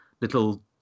little